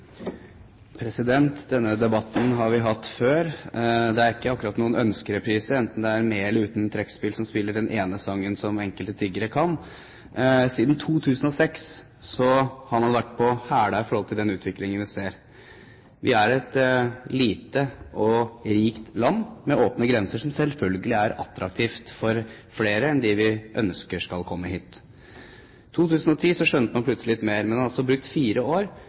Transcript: ikke akkurat noen ønskereprise, enten det er med eller uten trekkspill – som spiller den ene sangen som enkelte tiggere kan. Siden 2006 har man vært på hælene i forhold til den utviklingen vi ser. Vi er et lite og rikt land, med åpne grenser, som selvfølgelig er attraktivt for flere enn dem vi ønsker skal komme hit. I 2010 skjønte man plutselig litt mer, men man har altså brukt fire år